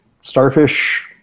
Starfish